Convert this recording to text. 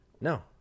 No